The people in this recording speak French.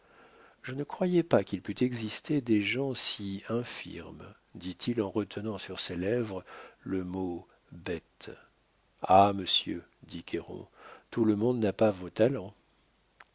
je ne croyais pas qu'il pût exister des gens si infirmes dit-il en retenant sur ses lèvres le mot bête ah monsieur dit cayron tout le monde n'a pas vos talents